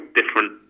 different